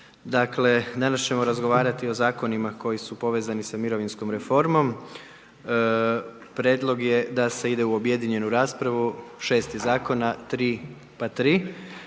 Dakle danas ćemo razgovarati o zakonima koji su povezani sa mirovinskom reformom, prijedlog je da se u objedinjenu raspravu, 6 je zakona, 3 pa 3.